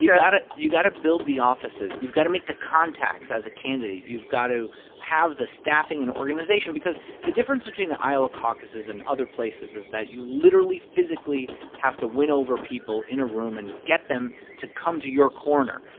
you got to. ok you got to build the offices. you've got to make the contacts as a candidate. you've got to have the staffing and organization because the difference between the iowa caucuses and other places is that you literally physically have to win over people in a room and get them to come to your corner.